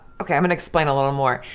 okay. i'm gonna explain a little more.